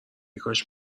کاش